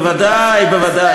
בוודאי.